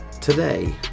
today